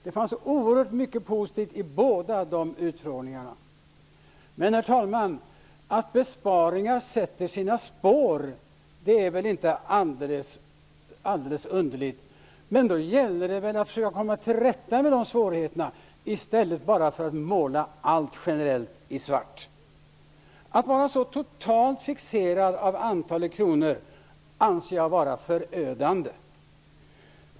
Det fanns tvärtom oerhört mycket positivt i båda utfrågningarna. Herr talman! Att besparingar sätter sina spår är väl inte underligt. Det gäller att komma till rätta med svårigheterna i stället för att generellt måla allt i svart. Att vara så totalt fixerad av antalet kronor är förödande.